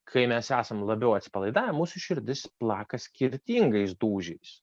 kai mes esam labiau atsipalaidavę mūsų širdis plaka skirtingais dūžiais